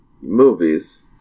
movies